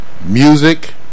Music